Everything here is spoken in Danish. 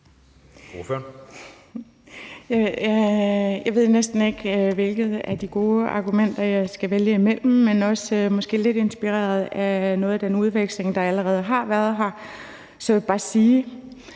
Jeg ved næsten ikke, hvilket af de gode argumenter jeg skal vælge. Men lidt inspireret af den udveksling, der allerede har været her, vil jeg bare sige,